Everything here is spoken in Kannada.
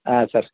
ಹಾಂ ಸರ್